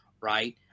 right